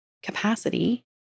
capacity